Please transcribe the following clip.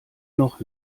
noch